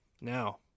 Now